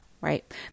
right